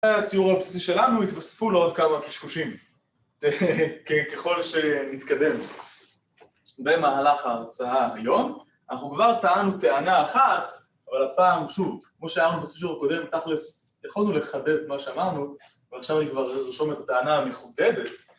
הציור הבסיסי שלנו יתווספו לו עוד כמה קשקושים. ככל שנתקדם במהלך ההרצאה היום, אנחנו כבר טענו טענה אחת, אבל הפעם שוב, כמו שהיה לנו בסוף השיעור הקודם, תכלס יכולנו לחדד את מה שאמרנו ועכשיו אני כבר ארשום את הטענה המחודדת